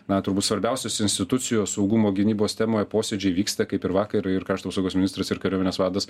na turbūt svarbiausios institucijos saugumo gynybos temoje posėdžiai vyksta kaip ir vakar ir krašto apsaugos ministras ir kariuomenės vadas